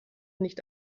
nicht